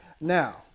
Now